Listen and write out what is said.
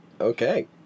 okay